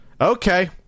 okay